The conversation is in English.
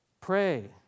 Pray